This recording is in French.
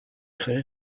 créé